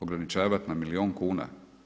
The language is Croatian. Ograničavati na milion kuna?